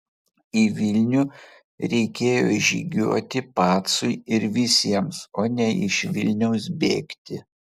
į vilnių reikėjo žygiuoti pacui ir visiems o ne iš vilniaus bėgti